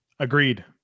Agreed